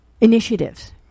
initiatives